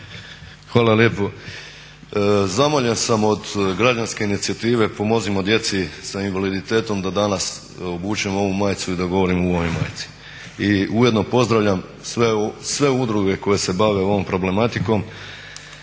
Hvala lijepo. Zamoljen sam od građanske inicijative "Pomozimo djeci" sa invaliditetom da danas obučem ovu majicu i da govorim u ovoj majici. I ujedno pozdravljam sve udruge koje se bave ovom problematikom,